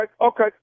okay